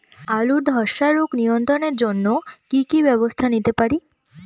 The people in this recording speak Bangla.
আলুর ধ্বসা রোগ নিয়ন্ত্রণের জন্য কি কি ব্যবস্থা নিতে পারি?